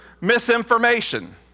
misinformation